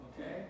Okay